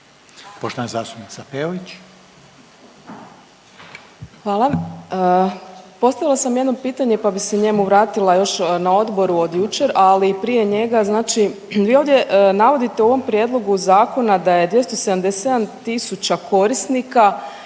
Poštovana zastupnica Peović.